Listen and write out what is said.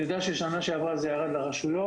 אני יודע שבשנה שעברה זה ירד לרשויות,